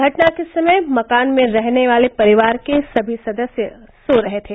घटना के समय मकान में रहने वाले परिवार के सभी सदस्य सो रहे थे